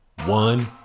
One